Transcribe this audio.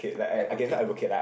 advocate